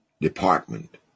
department